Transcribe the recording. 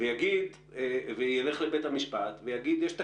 וילך לבית המשפט ויגיד: יש תקדים,